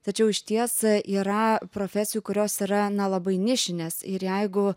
tačiau išties yra profesijų kurios yra na labai nišinės ir jeigu